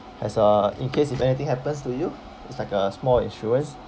has uh in case if anything happens to you it's like a small insurance